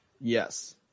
Yes